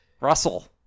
Russell